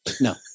No